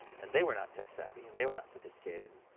and they were not tech savvy, and they were not sophisticated.